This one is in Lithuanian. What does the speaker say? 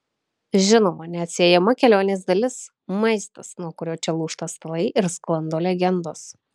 žinoma neatsiejama kelionės dalis maistas nuo kurio čia lūžta stalai ir sklando legendos